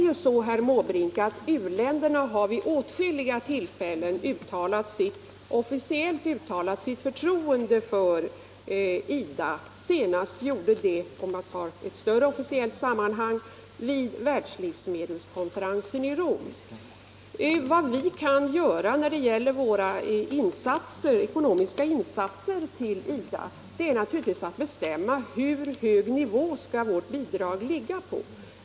U-länderna har vid åtskilliga tillfällen, herr Måbrink, officiellt uttalat sitt förtroende för IDA. Senast gjordes detta, om jag skall ta ett större officiellt sammanhang, vid Världslivsmedelskonferensen i Rom. Vad vi kan göra när det gäller våra ekonomiska insatser till IDA är naturligtvis att bestämma på vilken nivå vårt bidrag skall ligga.